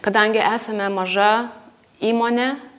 kadangi esame maža įmonė